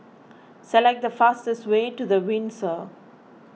select the fastest way to the Windsor